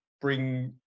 bring